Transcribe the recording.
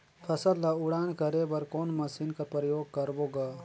फसल ल उड़ान करे बर कोन मशीन कर प्रयोग करबो ग?